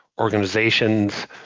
organizations